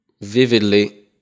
vividly